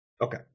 Okay